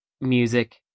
music